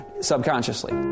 subconsciously